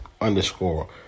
underscore